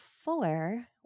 four